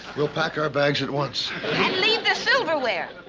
we'll pack our bags at once. and leave the silverware.